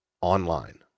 online